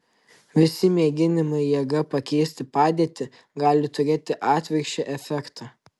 visi mėginimai jėga pakeisti padėtį gali turėti atvirkščią efektą